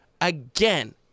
again